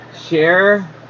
share